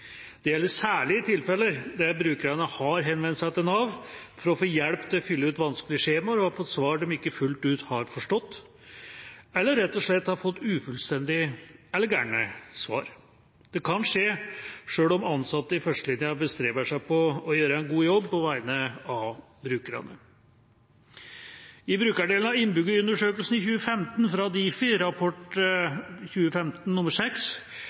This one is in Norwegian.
Det gjelder særlig tilfeller der brukerne har henvendt seg til Nav for å få hjelp til å fylle ut vanskelige skjemaer og har fått svar de ikke fullt ut har forstått, eller rett og slett har fått ufullstendige eller gale svar. Det kan skje, selv om ansatte i førstelinja bestreber seg på å gjøre en god jobb på vegne av brukerne. I brukerdelen av Innbyggerundersøkelsen 2015 fra